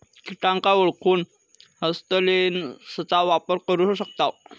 किटांका ओळखूक हस्तलेंसचा वापर पण करू शकताव